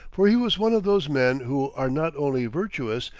for he was one of those men who are not only virtuous,